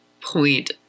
point